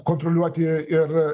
kontroliuoti ir